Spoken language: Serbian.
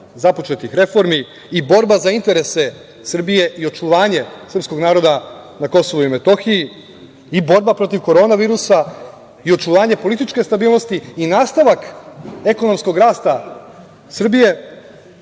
započetih reformi i borba za interese Srbije i očuvanje srpskog naroda na Kosovu i Metohiji i borba protiv korona virusa i očuvanje političke stabilnosti i nastavak ekonomskog rasta Srbije. Ono